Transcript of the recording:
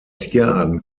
tierarten